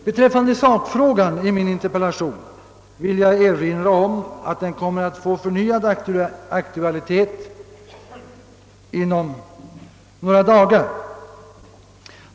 Beträffande sakfrågan i min interpellation vill jag erinra om att den kommer att få förnyad aktualitet inom några dagar.